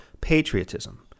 patriotism